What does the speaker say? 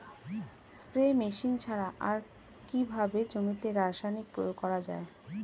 Spray machine ছাড়া আর কিভাবে জমিতে রাসায়নিক প্রয়োগ করা যায়?